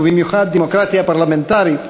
ובמיוחד דמוקרטיה פרלמנטרית,